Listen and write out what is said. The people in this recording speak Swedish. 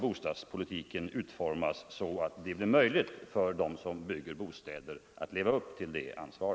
Bostadspolitiken måste utformas så att det blir möjligt för dem som bygger att leva upp till detta ansvar.